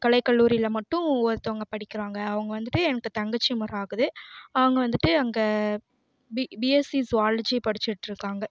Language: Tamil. கலை கல்லூரியில மட்டும் ஒருத்தவங்க படிக்கிறாங்க அவங்க வந்துவிட்டு எனக்கு தங்கச்சி முறை ஆகுது அவங்க வந்துவிட்டு அங்கே பி பிஎஸ்சி ஸுவாலஜி படிச்சிட்டுருக்காங்க